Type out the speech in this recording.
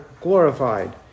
glorified